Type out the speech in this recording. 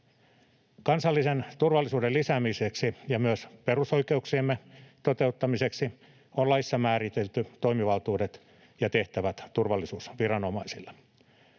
Kansallisen turvallisuuden lisäämiseksi ja myös perusoikeuksiemme toteuttamiseksi on laissa määritelty toimivaltuudet ja tehtävät turvallisuusviranomaisille.